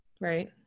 Right